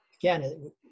again